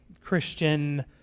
Christian